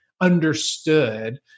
understood